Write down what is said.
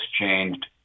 changed